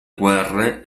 guerre